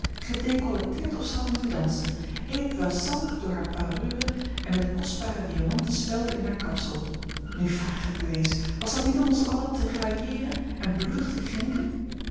gedecolleteerd of ze had moeten dansen ébloissant door hare parure en met kostbare diamanten spelden in haar kapsel nu vraag ik u eens was dat niet om ons allen te railleeren en bloedig te krenken